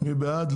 מי בעד?